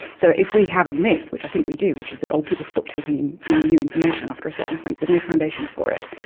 so if we are have a myth, which i think we do, which is that old people stop taking in new information after a certain point, there's no foundation for it.